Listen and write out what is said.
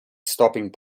stopping